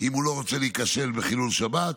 אם הוא לא רוצה להיכשל בחילול שבת.